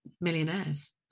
millionaires